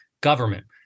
government